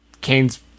Kane's